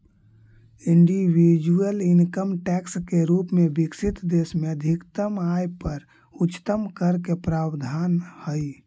individual income tax के रूप में विकसित देश में अधिकतम आय पर उच्चतम कर के प्रावधान हई